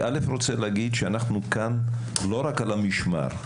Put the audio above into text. אני רוצה להגיד שאנחנו כאן לא רק על המשמר.